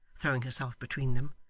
throwing herself between them.